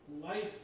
life